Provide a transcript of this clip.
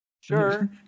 sure